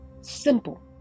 Simple